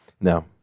No